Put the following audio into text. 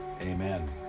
amen